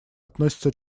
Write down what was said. относятся